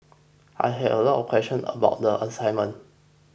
I had a lot of questions about the assignment